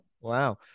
Wow